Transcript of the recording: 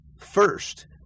first